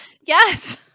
Yes